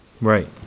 Right